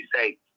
say